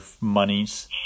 monies